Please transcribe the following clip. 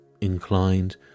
inclined